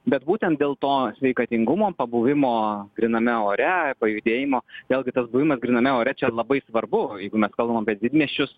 bet būtent dėl to sveikatingumo pabuvimo gryname ore pajudėjimo vėlgi tas buvimas gryname ore čia labai svarbu jeigu mes kalbam apie didmiesčius